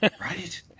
Right